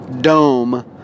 dome